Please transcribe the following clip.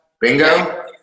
Bingo